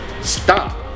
stop